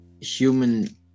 human